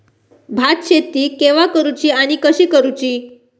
भात शेती केवा करूची आणि कशी करुची?